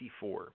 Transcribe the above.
1954